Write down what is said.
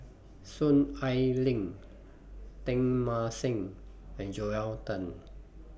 Soon Ai Ling Teng Mah Seng and Joel Tan